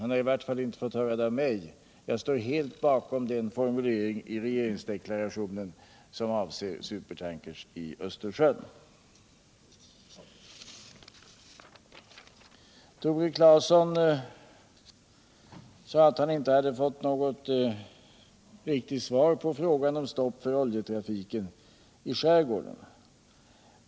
Han har i varje fall inte fått höra det av mig. Jag står helt bakom den formulering i regeringsdeklarationen som avser supertankrar i Östersjön. Tore Claeson sade att han inte fått något riktigt svar på frågan om stopp för oljetrafik i skärgården.